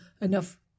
enough